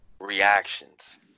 reactions